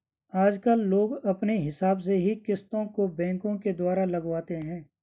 आजकल लोग अपने हिसाब से ही किस्तों को बैंकों के द्वारा लगवाते हैं